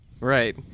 Right